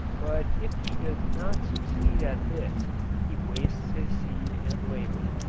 but if he does not succeed at this he wastes his seed and labor.